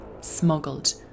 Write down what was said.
Smuggled